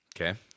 Okay